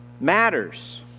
matters